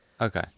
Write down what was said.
Okay